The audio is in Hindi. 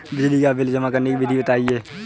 बिजली का बिल जमा करने की विधि बताइए?